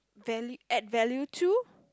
valid add value too